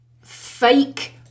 fake